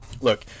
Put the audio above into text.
Look